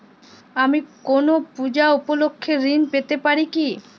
আমি কোনো পূজা উপলক্ষ্যে ঋন পেতে পারি কি?